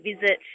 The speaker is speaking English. visit